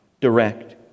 direct